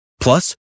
Plus